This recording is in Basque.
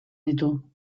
ditu